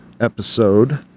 episode